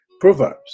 Proverbs